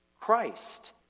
Christ